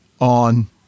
on